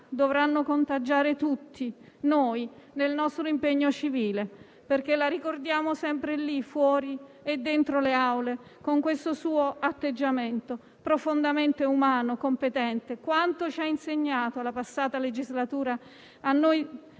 dovrà contagiare tutti noi nel nostro impegno civile, perché la ricordiamo sempre lì, fuori e dentro le Aule, con questo suo atteggiamento profondamente umano e competente. Quanto ha insegnato, nella passata legislatura, a noi